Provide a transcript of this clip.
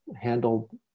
handled